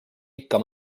ikka